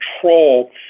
control